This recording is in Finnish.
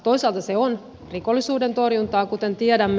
toisaalta se on rikollisuuden torjuntaa kuten tiedämme